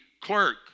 clerk